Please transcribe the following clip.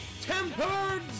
Tempered